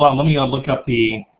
let let me um look up the,